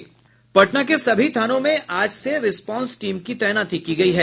पटना के सभी थानों में आज से रिस्पांस टीम की तैनाती की गयी है